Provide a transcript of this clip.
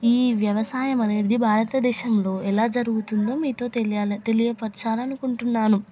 ఈ వ్యవసాయం అనేది భారతదేశంలో ఎలా జరుగుతుందో మీతో తెలియాల తెలియపరచాలని అనుకుంటున్నాను